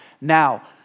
now